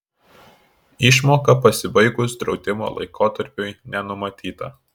išmoka pasibaigus draudimo laikotarpiui nenumatyta